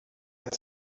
hat